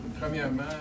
Premièrement